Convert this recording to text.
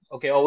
Okay